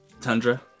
tundra